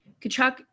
Kachuk